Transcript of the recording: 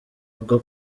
bwo